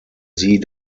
sie